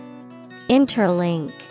Interlink